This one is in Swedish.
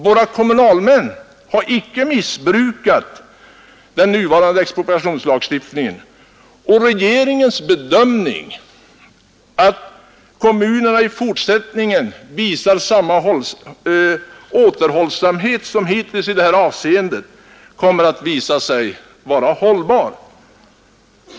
Våra kommunalmän har inte missbrukat den nuvarande expropriationslagstiftningen, och regeringens bedömning att kommunerna i fortsättningen visar samma återhållsamhet som hittills i detta avseende kommer att hålla.